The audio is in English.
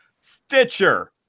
Stitcher